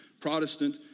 Protestant